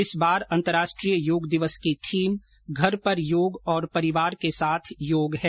इस बार अंतर्राष्ट्रीय योग दिवस की थीम घर पर योग और परिवार के साथ योग है